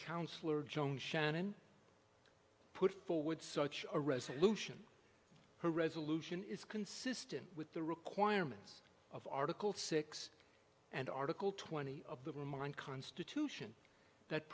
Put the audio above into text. councilor jones shannon put forward such a resolution her resolution is consistent with the requirements of article six and article twenty of them on constitution that